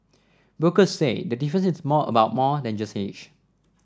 brokers say the difference is more about more than just age